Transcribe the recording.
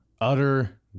Utter